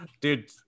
Dude